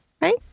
right